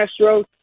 Astros